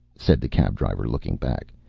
said the cab-driver, looking back,